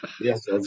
Yes